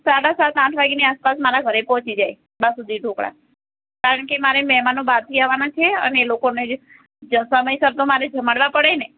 સાડા સાત આઠ વાગ્યાની આસપાસ મારા ઘરે પહોંચી જાય બાસુંદી ઢોકળા કારણકે મારે મેહમાનો બહારથી આવવાના છે અને એ લોકોને જે સમયસર તો મારે જમાડવા પડે ને